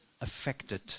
affected